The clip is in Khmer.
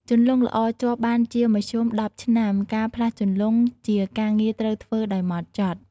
ជន្លង់ល្អជាប់បានជាមធ្យម ១០ ឆ្នាំ ការផ្លាស់ជន្លង់ជាការងារត្រូវធ្វើដោយហ្មត់ចត់។